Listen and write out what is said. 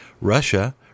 Russia